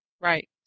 Right